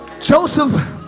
Joseph